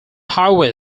highway